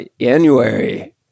January